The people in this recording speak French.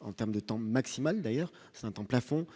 en terme de temps maximal d'ailleurs, c'est un temps plafond